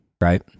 right